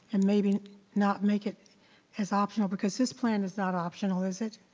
and maybe not make it as optional. because this plan is not optional, is it?